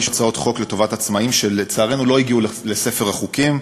הצעות חוק לטובת עצמאים שלצערנו לא הגיעו לספר החוקים.